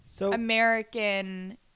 American